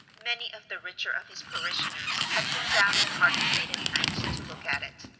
many of the richer of his parishioners had been down in parties late at night to look at it,